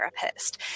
therapist